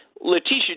Letitia